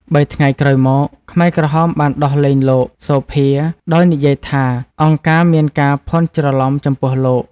៣ថ្ងៃក្រោយមក ខ្មែរក្រហមបានដោះលែងលោក សូភា ដោយនិយាយថា អង្គការមានការភ័ន្តច្រឡំចំពោះលោក។